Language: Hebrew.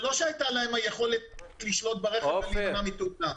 זה חא שהייתה לכם היכולת לשלוט ברכב ולהימנע מתאונה.